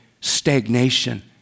stagnation